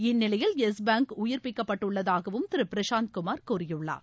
இந்நிலையில் Yes Bank உயிர்ப்பிக்கப்பட்டுள்ளதனாக திரு பிரசாந்த் குமார் கூறியுள்ளார்